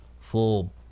full